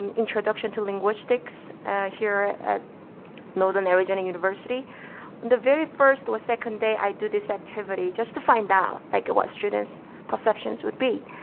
and introduction to linguistics here at northern arizona university, on the very first or second day, i do this activity just to find out, like, what students' perceptions would be.